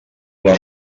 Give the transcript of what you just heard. les